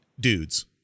Dudes